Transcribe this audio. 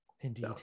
Indeed